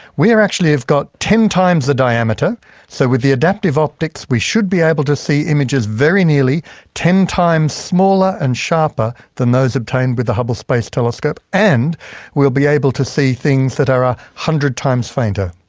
we are actually have got ten times the diameter so with the adaptive optics we should be able to see images very nearly ten times smaller and sharper than those obtained with the hubble space telescope and we'll be able to see things that are one hundred times fainter.